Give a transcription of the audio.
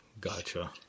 Gotcha